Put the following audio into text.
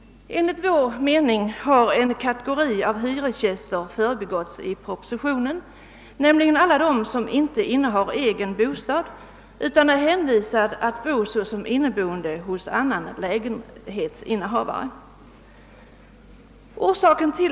Enligt vår mening har en kategori av hyresgäster förbigåtts i propositionen, nämligen alla de som inte innehar egen bostad utan är hänvisade till att bo såsom inneboende hos annan lägenhetsinnehavare.